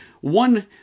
one